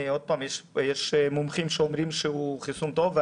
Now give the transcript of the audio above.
יש מומחים שאומרים שהוא חיסון טוב,